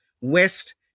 West